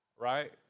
Right